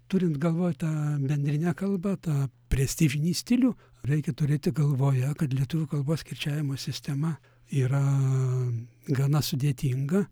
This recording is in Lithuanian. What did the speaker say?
turint galvoj tą bendrinę kalbą tą prestižinį stilių reikia turėti galvoje kad lietuvių kalbos kirčiavimo sistema yra gana sudėtinga